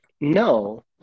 no